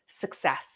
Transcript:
success